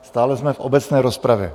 Stále jsme v obecné rozpravě.